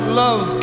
love